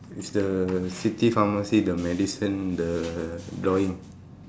is the city pharmacy the medicine the drawing